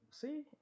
See